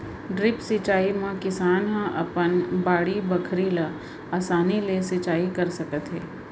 drip सिंचई म किसान ह अपन बाड़ी बखरी ल असानी ले सिंचई कर सकत हे